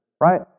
right